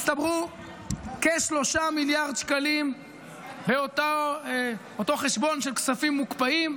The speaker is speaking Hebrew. הצטברו כ-3 מיליארד שקלים באותו חשבון של כספים מוקפאים.